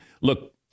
look